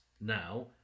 Now